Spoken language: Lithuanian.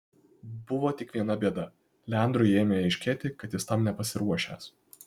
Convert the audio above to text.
buvo tik viena bėda leandrui ėmė aiškėti kad jis tam nepasiruošęs